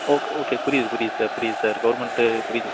okay okay புரியுது புரியுது sir புரியுது சார் கவர்மெண்ட்டு புரியுது